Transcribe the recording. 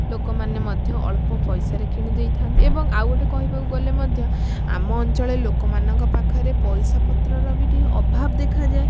ଲୋକମାନେ ମଧ୍ୟ ଅଳ୍ପ ପଇସାରେ କିଣି ଦେଇଥାନ୍ତି ଏବଂ ଆଉ ଗୋଟେ କହିବାକୁ ଗଲେ ମଧ୍ୟ ଆମ ଅଞ୍ଚଳ ଲୋକମାନଙ୍କ ପାଖରେ ପଇସା ପତ୍ରର ବି ଟିକେ ଅଭାବ ଦେଖାଯାଏ